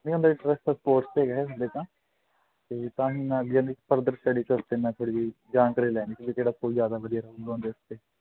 ਨਹੀਂ ਕੋਰਸ 'ਤੇ ਗਏ ਹਲੇ ਤਾਂ ਅਤੇ ਤਾਂ ਹੀ ਮੈਂ ਅੱਗੇ ਫਰਦਰ ਸਟੱਡੀ ਤੌਰ 'ਤੇ ਮੈਂ ਥੋੜ੍ਹੀ ਜਿਹੀ ਜਾਣਕਾਰੀ ਲੈਣੀ ਸੀ ਵੀ ਕਿਹੜਾ ਸਕੂਲ ਜ਼ਿਆਦਾ ਵਧੀਆ ਰਹੇਗਾ ਉਹਦੇ ਵਾਸਤੇ